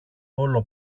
όλο